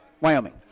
Wyoming